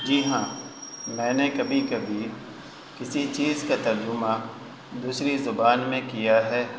جی ہاں میں نے کبھی کبھی کسی چیز کا ترجمہ دوسری زبان میں کیا ہے